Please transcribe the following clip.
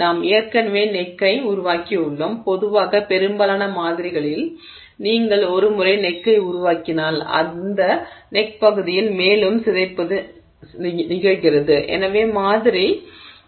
நாம் ஏற்கனவே நெக்க்கை உருவாக்கியுள்ளோம் பொதுவாக பெரும்பாலான மாதிரிகளில் நீங்கள் ஒரு முறை நெக்க்கை உருவாக்கினால் அந்த நெக் பகுதியில் மேலும் சிதைப்பது நிகழ்கிறது எனவே மாதிரி